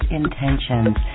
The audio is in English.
intentions